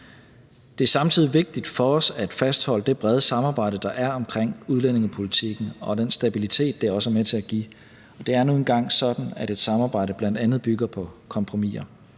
Det er samtidig vigtigt for os at fastholde det brede samarbejde, der er omkring udlændingepolitikken, og den stabilitet, det også er med til at give. Det er nu engang sådan, at et samarbejde bl.a. bygger på kompromiser.